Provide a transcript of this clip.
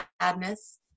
sadness